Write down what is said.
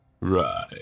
Right